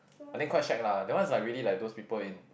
I think quite shag lah that one is like really like those people in